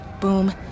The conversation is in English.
Boom